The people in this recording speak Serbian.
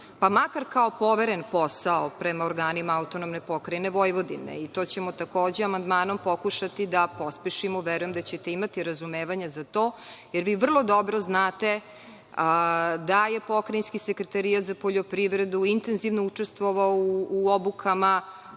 pa makar kao poveren posao prema organima AP Vojvodine. To ćemo takođe amandmanom pokušati da pospešimo. Verujem da ćete imati razumevanja za to, jer vi vrlo dobro znate da je Pokrajinski sekretarijat za poljoprivredu intenzivno učestvovao u obukama